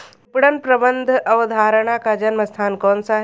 विपणन प्रबंध अवधारणा का जन्म स्थान कौन सा है?